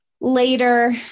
later